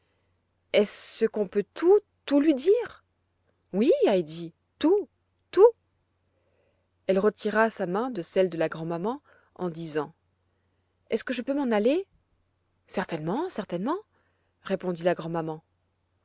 est-ce qu'on peut tout tout lui dire oui heidi tout tout elle retira sa main de celles de la grand'maman en disant est-ce que je peux m'en aller certainement certainement répondit la grand'maman